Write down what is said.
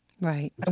Right